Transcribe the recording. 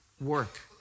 Work